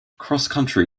crosscountry